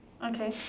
okay